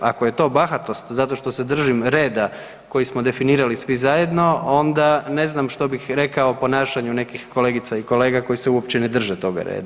Ako je to bahatost zato što se držim reda koji smo definirali svi zajedno, onda ne znam što bih rekao o ponašanju nekih kolegica i kolega koji se uopće ne drže tog reda.